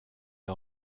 mir